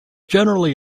generally